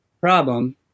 problem